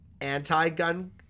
anti-gun